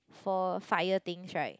for fire things right